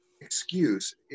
excuse